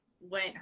went